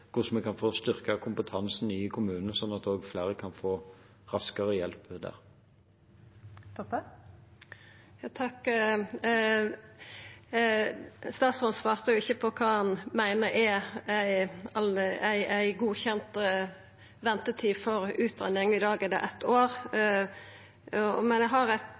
hvordan vi kan få styrket kompetansen i kommunene, sånn at også flere kan få raskere hjelp der. Statsråden svarte ikkje på kva han meiner er ei godkjend ventetid for utgreiing. I dag er ventetida eitt år. Men eg har